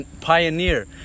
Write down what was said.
pioneer